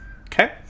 Okay